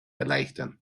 erleichtern